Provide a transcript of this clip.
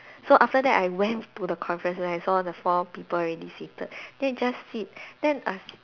so after that I went to the conference right then I saw the four people already seated then I just sit then I